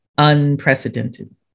unprecedented